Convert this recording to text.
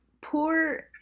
poor